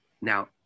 Now